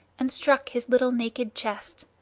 and struck his little naked chest.